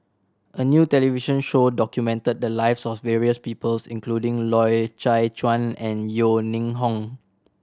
a new television show documented the lives of various people's including Loy Chye Chuan and Yeo Ning Hong